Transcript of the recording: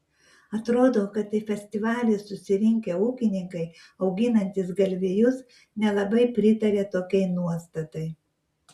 atrodo kad į festivalį susirinkę ūkininkai auginantys galvijus nelabai pritaria tokiai nuostatai